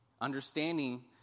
Understanding